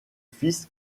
fils